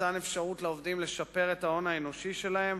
מתן אפשרות לעובדים לשפר את ההון האנושי שלהם